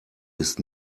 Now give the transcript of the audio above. ist